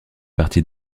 partie